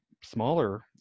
smaller